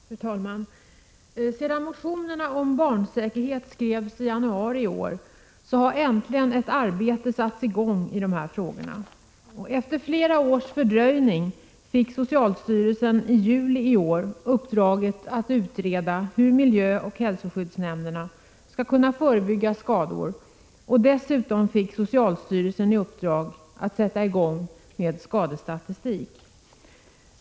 Fru talman! Sedan motionerna om barnsäkerhet skrevs i januari i år, har äntligen ett arbete satts i gång i dessa frågor. Efter flera års fördröjning fick socialstyrelsen i juli i år uppdraget att utreda hur miljöoch hälsoskyddsnämnderna skall kunna förebygga skador, och dessutom fick socialstyrelsen i uppdrag att sätta i gång med skadestatistik.